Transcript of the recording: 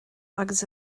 agus